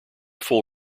full